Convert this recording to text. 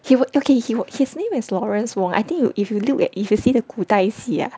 he would okay he would his name is Lawrence Wong I think if you look at if you see the 古代戏 ah